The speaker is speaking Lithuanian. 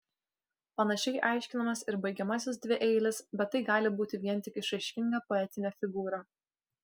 panašiai aiškinamas ir baigiamasis dvieilis bet tai gali būti vien tik išraiškinga poetinė figūra